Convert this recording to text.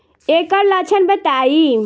एकर लक्षण बताई?